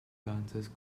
dances